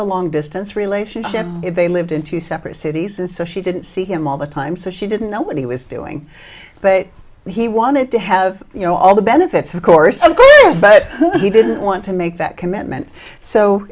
a long distance relationship if they lived in two separate cities and so she didn't see him all the time so she didn't know what he was doing but he wanted to have you know all the benefits of course but he didn't want to make that commitment so